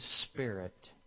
spirit